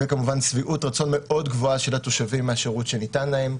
וכמובן שביעות רצון מאוד גבוהה של התושבים מהשירות שניתן להם.